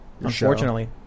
Unfortunately